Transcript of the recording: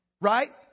right